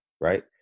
right